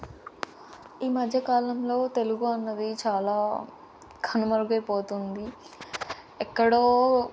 ఈ మధ్యకాలంలో తెలుగు అనేది చాలా కనుమరుగైపోతుంది ఎక్కడో